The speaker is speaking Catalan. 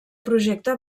projecte